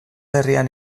herrian